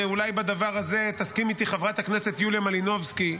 ואולי בדבר הזה תסכים איתי חברת הכנסת יוליה מלינובסקי,